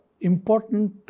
important